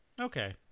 Okay